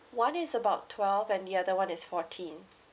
one is about twelve and the other one is fourteen